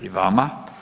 I vama.